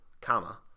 comma